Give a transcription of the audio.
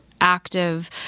active